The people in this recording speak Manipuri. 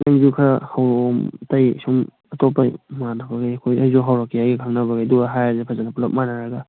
ꯅꯪꯁꯨ ꯈꯔ ꯍꯧꯔꯛꯑꯣ ꯑꯇꯩ ꯁꯨꯝ ꯑꯇꯣꯞꯄ ꯉꯥꯟꯊꯣꯏ ꯍꯣꯏ ꯑꯩꯈꯣꯏ ꯑꯩꯁꯨ ꯍꯧꯔꯛꯀꯦ ꯑꯩꯒ ꯈꯪꯅꯕꯉꯩꯗꯨꯒ ꯍꯥꯏꯔꯁꯦ ꯐꯖꯅ ꯄꯨꯂꯞ ꯃꯥꯟꯅꯔꯒ